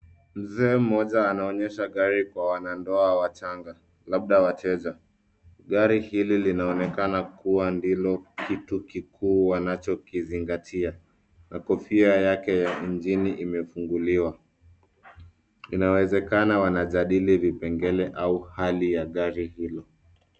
Mzee mmoja anaonyesha gari kwa wanandoa wachanga, labda wateja. Gari hili linaonekana kuwa ndilo kitu kikuu wanachokizingatia, na kofia yake ya injini imefunguliwa. Inawezekana wanajadili vipengele au hali ya gari hilo.